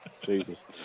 Jesus